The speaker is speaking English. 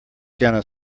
gonna